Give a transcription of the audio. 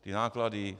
Ty náklady.